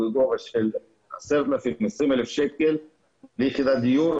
בגובה של 10,000-20,000 שקלים ליחידת דיור,